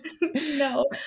no